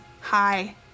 Hi